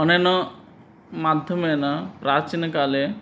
अनेन माध्यमेन प्राचीनकाले